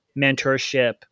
mentorship